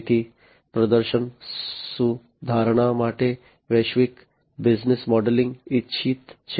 તેથી પ્રદર્શન સુધારણા માટે વૈશ્વિક બિઝનેસ મોડેલિંગ ઇચ્છિત છે